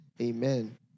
Amen